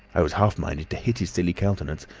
i was half minded to hit his silly countenance,